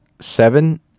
seven